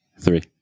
Three